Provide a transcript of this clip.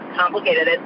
complicated